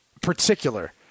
particular